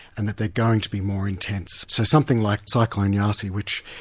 and that they are going to be more intense. so something like cyclone yasi, which,